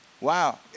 Wow